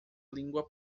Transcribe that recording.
língua